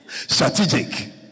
Strategic